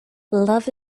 love